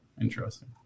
Interesting